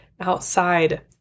outside